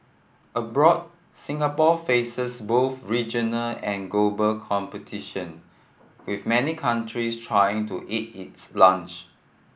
abroad Singapore faces both regional and global competition with many countries trying to eat its lunch